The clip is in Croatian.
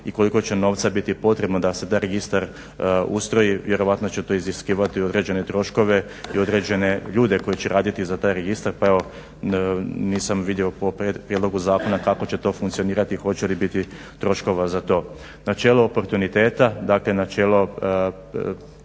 i koliko će novca biti potrebno da se taj registar ustroji, vjerojatno će iziskivati određene troškove i određene ljude koji će raditi za taj registar. Pa evo nisam vidio po prijedlogu zakona kako će to funkcionirati i hoće li biti troškova za to. Načelo oportuniteta, dakle načelo